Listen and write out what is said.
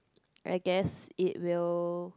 I guess it will